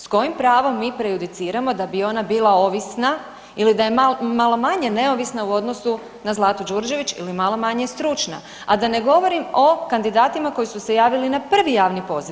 Sa kojim pravom mi prejudiciramo da bi ona bila ovisna ili da je malo manje neovisna u odnosu na Zlatu Đurđević ili malo manje stručna, a da ne govorim o kandidatima koji su se javili na prvi javni poziv.